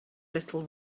little